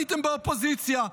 הייתם באופוזיציה.